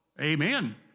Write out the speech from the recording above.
Amen